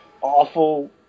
awful